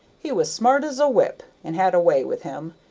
he was smart as a whip, and had a way with him,